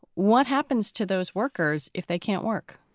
what happens to those workers if they can't work?